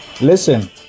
listen